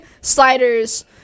sliders